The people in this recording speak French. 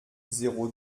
zéro